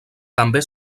també